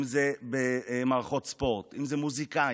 אם זה במערכות ספורט, אם זה מוזיקאים,